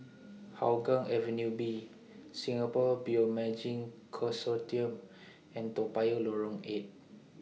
Hougang Avenue B Singapore Bioimaging Consortium and Toa Payoh Lorong eight